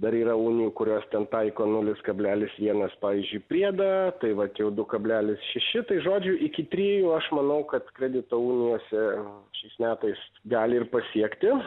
dar yra unijų kurios ten taiko nulis kablelis vienas pavyzdžiui priedą tai vat jau du kablelis šeši tai žodžiu iki trijų aš manau kad kredito unijose šiais metais gali ir pasiekti